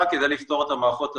כדי לפתור את המערכות הווירטואליות,